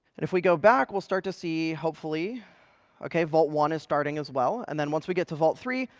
and if we go back, we'll start to see, hopefully ok, vault one is starting as well. and then once we get to vault three,